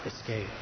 escape